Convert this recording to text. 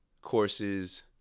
courses